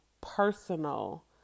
personal